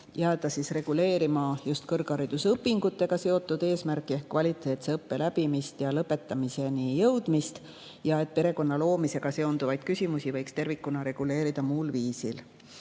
jääda reguleerima just kõrgharidusõpingutega seotud eesmärki ehk kvaliteetse õppe läbimist ja lõpetamiseni jõudmist. Perekonna loomisega seonduvaid küsimusi võiks tervikuna reguleerida muul viisil.